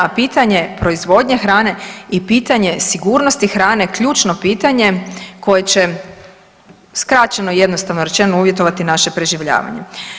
A pitanje proizvodnje hrane i pitanje sigurnosti hrane ključno pitanje koje će skraćeno i jednostavno rečeno uvjetovati naše preživljavanje.